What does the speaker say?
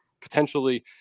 potentially